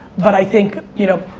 but i think you know